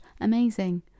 amazing